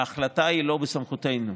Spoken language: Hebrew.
ההחלטה היא לא בסמכותנו.